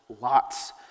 lots